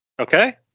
Okay